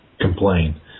complain